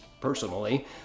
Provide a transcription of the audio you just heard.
personally